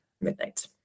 midnight